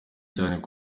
cyane